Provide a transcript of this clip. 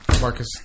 Marcus